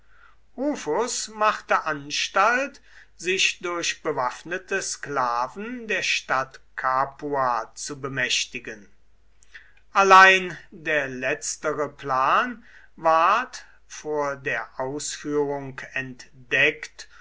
rufus machte anstalt sich durch bewaffnete sklaven der stadt capua zu bemächtigen allein der letztere plan ward vor der ausführung entdeckt